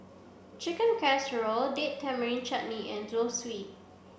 Chicken Casserole Date Tamarind Chutney and Zosui